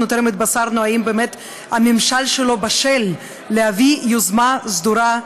אנחנו טרם התבשרנו אם באמת הממשל שלו בשל להביא יוזמה סדורה,